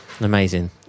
Amazing